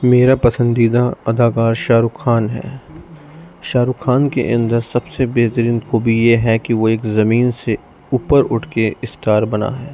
میرا پسندیدہ اداکار شاہ رخ خان ہے شاہ رخ خان کے اندر سب سے بہترین خوبی یہ ہے کہ وہ ایک زمین سے اوپر اٹھ کے اسٹار بنا ہے